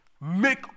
make